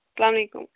اَلسلامُ علیکُم